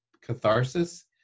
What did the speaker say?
catharsis